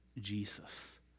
Jesus